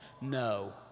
no